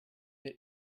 mir